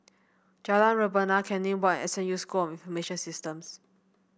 Jalan Rebana Canning Walk and S N U School of Information Systems